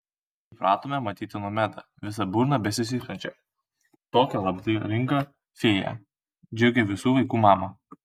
įpratome matyti nomedą visa burna besišypsančią tokią labdaringą fėją džiugią visų vaikų mamą